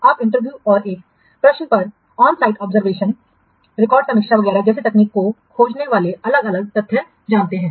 आप इंटरव्यू और एक प्रश्न पर ऑनसाइट ऑब्जर्वेशन रिकॉर्ड समीक्षा वगैरह जैसी तकनीकों को खोजने वाले अलग अलग तथ्य जानते हैं